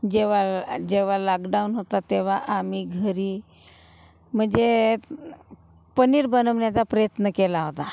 जेव्हा जेव्हा लाकडाऊन होता तेव्हा आम्ही घरी म्हणजे पनीर बनवण्याचा प्रयत्न केला होता